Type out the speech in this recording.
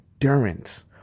endurance